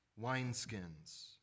wineskins